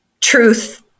truth